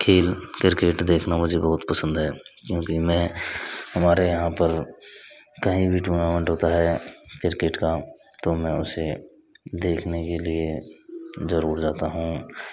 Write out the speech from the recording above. खेल किरकेट देखना मुझे बहुत पसंद है क्योंकि मैं हमारे यहाँ पर कहीं भी टूर्नामेंट होता है किरकेट का मैं देखने के लिए ज़रूर जाता हूँ